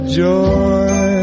joy